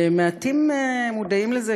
ומעטים מודעים לזה,